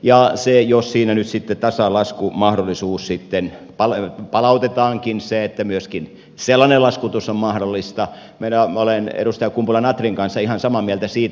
ja jos siinä nyt tasalaskumahdollisuus sitten palautetaankin että myöskin sellainen laskutus on mahdollista minä olen edustaja kumpula natrin kanssa ihan samaa mieltä siitä